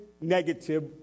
negative